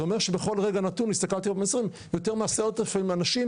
זה אומר שבכל רגע נתון יותר מ-10,000 אנשים,